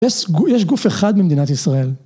יש גוף אחד ממדינת ישראל